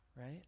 right